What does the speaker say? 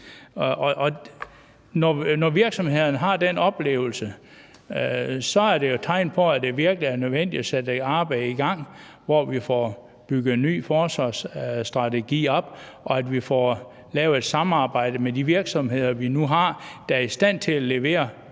Når virksomhederne har den oplevelse, er det jo et tegn på, at det virkelig er nødvendigt at sætte et arbejde i gang, hvor vi får bygget en ny forsvarsstrategi op, og at vi får lavet et samarbejde med de virksomheder, vi nu har, der er i stand til at levere